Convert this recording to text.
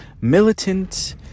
militant